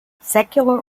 secular